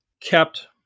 kept